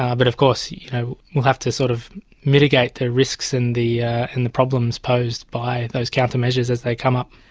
ah but of course we you know will have to sort of mitigate their risks and the ah and the problems posed by those countermeasures as they come up.